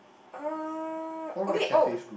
ah okay oh